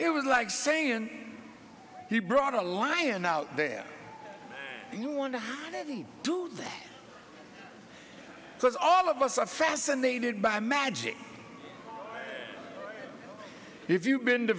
it was like saying he brought a lion out there you want to do that because all of us are fascinated by magic if you've been to